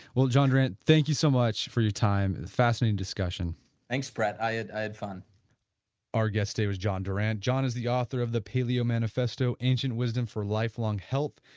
well, john durant, thank you so much for your time. it's a fascinating discussion thanks, brett. i had i had fun our guess today was john durant. john is the author of the paleo manifesto ancient wisdom for lifelong health.